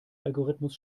algorithmus